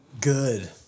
Good